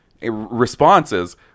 responses